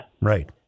Right